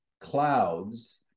clouds